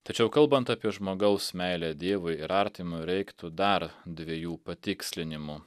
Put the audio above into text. tačiau kalbant apie žmogaus meilę dievui ir artimui reiktų dar dviejų patikslinimų